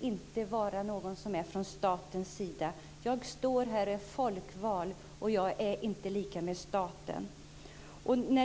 inte vill vara någon som är från statens sida. Jag står här och är folkvald. Jag är inte lika med staten.